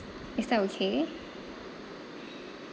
is that okay